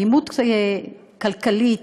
אלימות כלכלית,